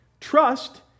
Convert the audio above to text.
Trust